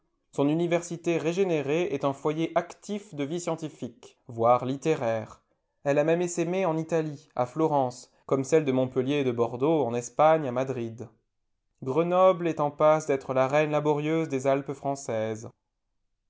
son université régénérée est un foyer actif de vie scientifique voire littéraire elle a même essaimé en italie à florence comme celles de montpellier et de bordeaux en espagne à madrid grenoble est en passe d'être la reine laborieuse des alpes françaises